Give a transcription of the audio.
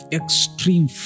extreme